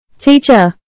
Teacher